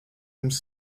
jums